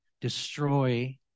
destroy